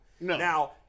now